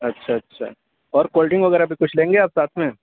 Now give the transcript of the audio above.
اچھا اچھا اور کولڈ ڈرنک وغیرہ بھی کچھ لیں گے آپ ساتھ میں